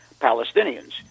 Palestinians